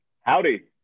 Howdy